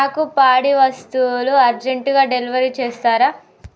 నాకు పాడి వస్తువులు అర్జెంటుగా డెలివరీ చేస్తారా